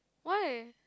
why